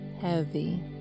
heavy